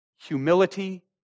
Humility